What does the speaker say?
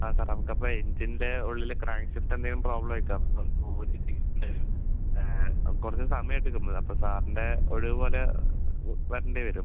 ആ സാർ നമ്മക്ക് അപ്പം എഞ്ചിൻ്റെ ഉള്ളില് ക്രാങ്ക്ഷാഫ്റ്റ് എന്തേലും പ്രോബ്ലം ആയിട്ടാകും അപ്പം ബോഡി ചെക്ക് ചെയ്യേണ്ടി വരും നമക്ക് കുറച്ച് സമയം എടുക്കും അപ്പം സാറിൻ്റെ ഒഴിവ് പോലെ വരേണ്ട വരും